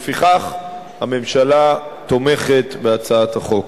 ולפיכך הממשלה תומכת בהצעת החוק.